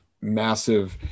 massive